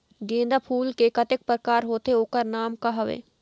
गेंदा फूल के कतेक प्रकार होथे ओकर नाम का हवे?